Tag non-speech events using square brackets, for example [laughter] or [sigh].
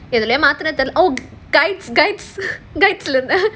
எதுலயோ மாட்டினேன்:edhulayo maatinaen oh [noise] guides guides [laughs] guides